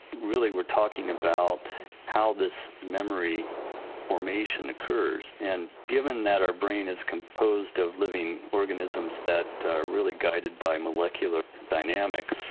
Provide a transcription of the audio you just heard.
really we're talking about how this memory formation occurs. and given that our brain is composed of living organisms that are really guided by molecular dynamics,